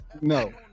no